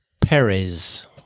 Perez